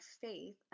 faith